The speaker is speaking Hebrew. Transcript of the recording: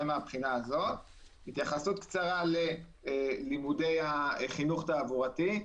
התייחסות קצרה ללימודי חינוך תעבורתי,